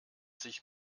sich